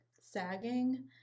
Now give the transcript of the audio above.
sagging